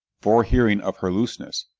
fore-hearing of her looseness,